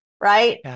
right